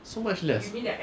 so much less every year